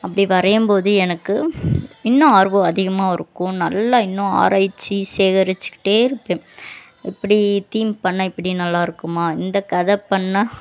அப்படி வரையும் போது எனக்கு இன்னும் ஆர்வம் அதிகமாக இருக்கும் நல்லா இன்னும் ஆராய்ச்சி சேகரிச்சிக்கிட்டே இருப்பேன் இப்படி தீம் பண்ணால் இப்படி நல்லா இருக்குமா இந்த கதை பண்ணால்